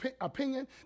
opinion